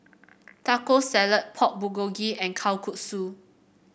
Taco Salad Pork Bulgogi and Kalguksu